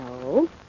No